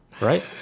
Right